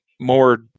more